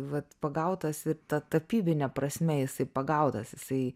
vat pagautas ir ta tapybine prasme jisai pagautas jisai